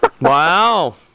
Wow